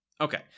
Okay